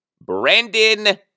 Brandon